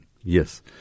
Yes